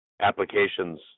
applications